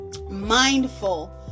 mindful